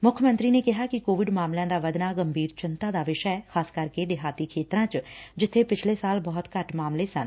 ਮੁੱਖ ਮੰਤਰੀ ਨੇ ਕਿਹਾ ਕਿ ਕੋਵਿਡ ਮਾਮਲਿਆਂ ਦਾ ਵੱਧਣਾ ਗੰਭੀਰ ਚਿੰਤਾ ਦਾ ਵਿਸ਼ਾ ਐ ਖ਼ਾਸ ਕਰਕੇ ਦੇਹਾਤੀ ਖੇਤਰਾਂ ਚ ਜਿੱਬੇ ਪਿਛਲੇ ਸਾਲ ਬਹੁਤ ਘੱਟ ਮਾਮਲੇ ਸਨ